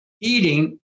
eating